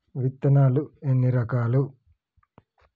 విత్తనాలు ఎన్ని రకాలు?